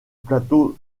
plateau